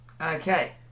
Okay